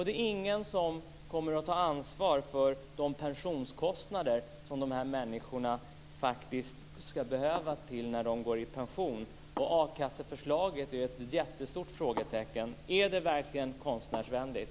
Det är ingen som kommer att ta ansvar för de pensioner som dessa människor faktiskt behöver när de går i pension. A kasseförslaget är ett jättestort frågetecken. Är det verkligen konstnärsvänligt?